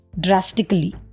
drastically